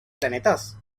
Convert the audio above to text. planetas